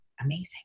amazing